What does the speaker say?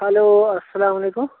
hello اسلامُ علیکُم